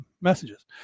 messages